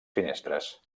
finestres